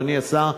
אדוני השר,